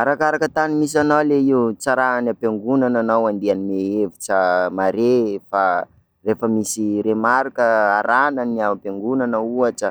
Arakaraka tany misy anao ley io, tsa raha any am-piangonana anao anome hevitra mare, fa rehafa misy remarque arahana any am-piangonana ohatra,